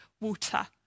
water